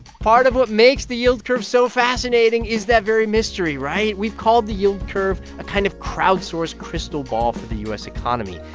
part of what makes the yield curve so fascinating is that very mystery, right? we've called the yield curve a kind of crowdsourced crystal ball for the u s. economy.